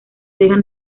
dejan